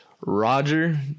Roger